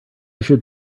should